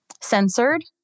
censored